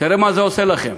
תראה מה זה עושה לכם.